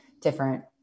different